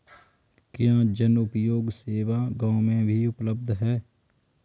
क्या जनोपयोगी सेवा गाँव में भी उपलब्ध है?